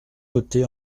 côtés